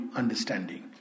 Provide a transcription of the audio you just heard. understanding